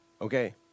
Okay